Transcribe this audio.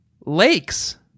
Lakes